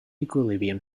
equilibrium